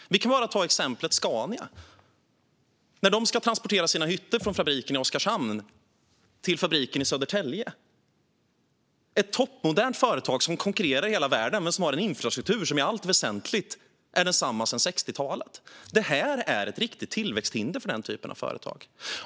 Vi kan bara ta Scania, som behöver transportera sina hytter från fabriken i Oskarshamn till fabriken i Södertälje. Det är ett toppmodernt företag som konkurrerar i hela världen men som har en infrastruktur som i allt väsentligt är densamma som på 60-talet. Detta är ett riktigt tillväxthinder för den typen av företag.